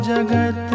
Jagat